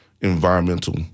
environmental